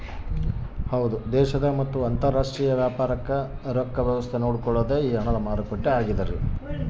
ದೇಶದ ಮತ್ತ ಅಂತರಾಷ್ಟ್ರೀಯ ವ್ಯಾಪಾರಕ್ ರೊಕ್ಕ ವ್ಯವಸ್ತೆ ನೋಡ್ಕೊಳೊದು ಹಣದ ಮಾರುಕಟ್ಟೆ ಆಗ್ಯಾದ